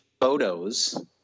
photos